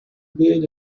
build